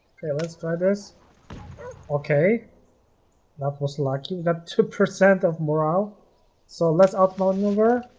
okay let's try this okay that was lucky that two percent of morale so let's upload number